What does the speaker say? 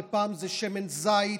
פעם זה שמן זית,